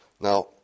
Now